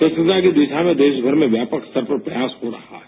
स्वच्छता की दिशा में देशमर में व्यापक स्तर पर प्रयास हो रहा है